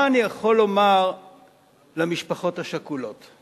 מה אני יכול לומר למשפחות השכולות?